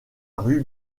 rue